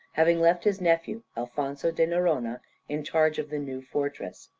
having left his nephew alfonzo da noronha in charge of the new fortress.